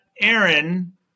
Aaron